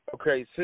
Okay